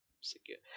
Secure